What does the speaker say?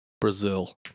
Brazil